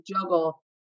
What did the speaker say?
juggle